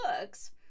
books